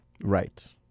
Right